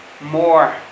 more